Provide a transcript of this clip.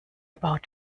about